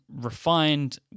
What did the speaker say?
refined